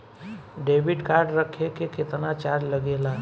Debit card रखे के केतना चार्ज लगेला?